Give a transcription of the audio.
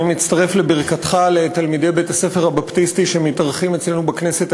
אני מצטרף לברכתך לתלמידי בית-הספר הבפטיסטי שמתארחים אצלנו בכנסת.